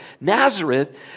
Nazareth